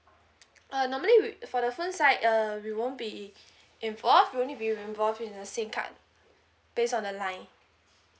uh normally we for the phone side um we won't be involved we'll only be involved in the SIM card based on the line